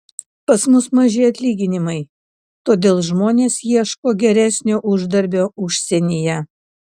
pas mus maži atlyginimai todėl žmonės ieško geresnio uždarbio užsienyje